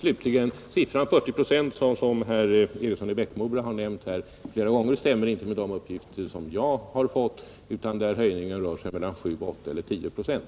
Siffran 40 procent, slutligen, som herr Eriksson i Bäckmora har nämnt flera gånger, stämmer inte med de uppgifter som jag har fått, utan höjningen rör sig om mellan 7 och 10 procent.